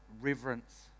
reverence